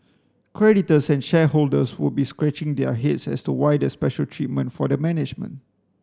creditors and shareholders would be scratching their heads as to why the special treatment for the management